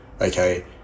okay